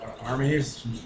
Armies